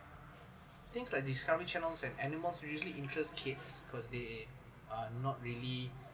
things like discovery channels and animals are usually interest kids because they are not really